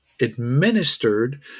administered